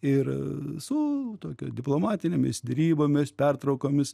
ir su tokia diplomatinėmis derybomis pertraukomis